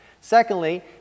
Secondly